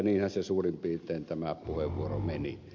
niinhän se suurin piirtein tämä puheenvuoro meni